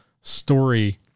story